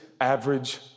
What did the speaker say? average